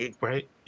right